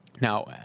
Now